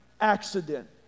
accident